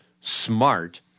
smart